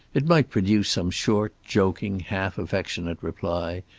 it might produce some short, joking, half-affectionate reply,